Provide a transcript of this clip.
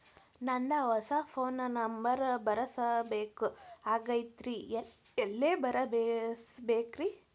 ನಂದ ಹೊಸಾ phone number ಬರಸಬೇಕ್ ಆಗೈತ್ರಿ ಎಲ್ಲೆ ಬರಸ್ಬೇಕ್ರಿ?